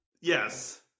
Yes